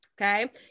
okay